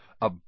A